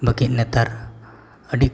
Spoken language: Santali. ᱵᱟᱹᱠᱤ ᱱᱮᱛᱟᱨ ᱟᱹᱰᱤ